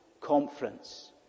Conference